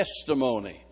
testimony